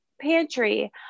pantry